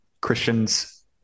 Christians